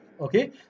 Okay